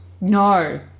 No